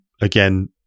again